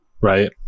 right